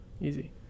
Easy